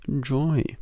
Joy